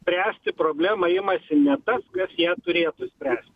spręsti problemą imasi ne tas kas ją turėtų spręs